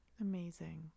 Amazing